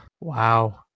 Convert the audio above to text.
Wow